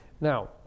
Now